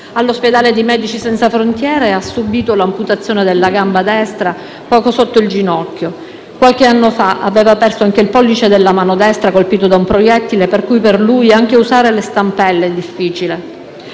All'ospedale di Medici Senza Frontiere ha subito l'amputazione della gamba destra poco sotto il ginocchio. Qualche anno fa, aveva perso anche il pollice della mano destra, colpito da un proiettile, per cui per lui anche usare le stampelle è difficile.